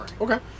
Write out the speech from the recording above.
Okay